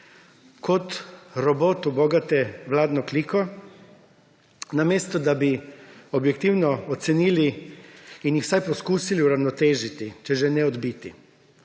Kot robot ubogate vladno kliko, namesto da bi objektivno ocenili in jih vsaj poskusili uravnotežiti, če že ne odbiti.